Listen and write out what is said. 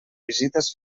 visites